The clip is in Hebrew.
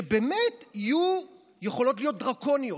שבאמת יכולות להיות דרקוניות.